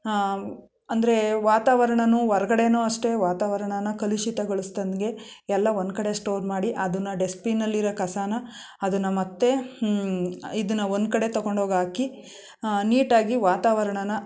ಅಂದರೆ ವಾತಾವರಣನು ಹೊರಗಡೆಯೂ ಅಷ್ಟೆ ವಾತಾವರಣನ ಕಲುಷಿತಗೊಳಿಸ್ದಂತೆ ಎಲ್ಲ ಒಂದ್ಕಡೆ ಸ್ಟೋರ್ ಮಾಡಿ ಅದನ್ನು ಡಸ್ಟ್ಬಿನಲ್ಲಿ ಇರೋ ಕಸನ ಅದನ್ನು ಮತ್ತೆ ಇದನ್ನು ಒಂದ್ಕಡೆ ತಗೊಂಡೋಗಿ ಹಾಕಿ ನೀಟಾಗಿ ವಾತಾವರಣನ